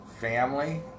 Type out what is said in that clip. family